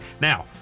Now